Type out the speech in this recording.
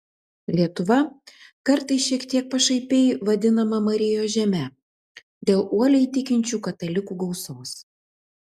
lietuva kartais šiek tiek pašaipiai vadinama marijos žeme dėl uoliai tikinčių katalikų gausos